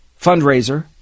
fundraiser